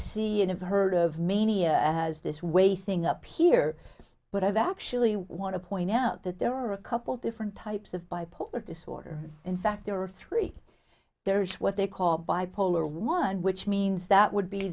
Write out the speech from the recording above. heard of mania has this way thing up here but i've actually want to point out that there are a couple different types of bipolar disorder in fact there are three there is what they call bipolar one which means that would be